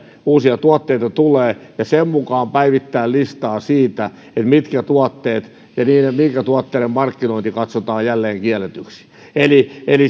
uusia tuotteita tulee ja sen mukaan päivittää listaa siitä mitkä tuotteet ja minkä tuotteiden markkinointi katsotaan jälleen kielletyiksi